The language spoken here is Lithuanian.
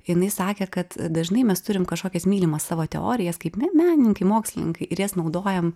jinai sakė kad dažnai mes turim kažkokias mylimas savo teorijas kaip me menininkai mokslininkai ir jas naudojam